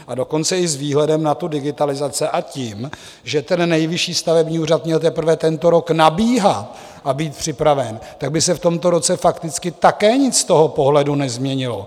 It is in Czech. A dokonce i s výhledem na digitalizaci a tím, že Nejvyšší stavební úřad měl teprve tento rok nabíhat a být připraven, tak by se v tomto roce fakticky také nic z toho pohledu nezměnilo.